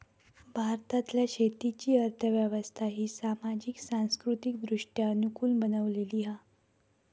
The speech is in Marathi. भारतातल्या शेतीची अर्थ व्यवस्था ही सामाजिक, सांस्कृतिकदृष्ट्या अनुकूल बनलेली हा